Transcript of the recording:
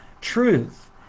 truth